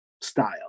style